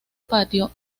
patio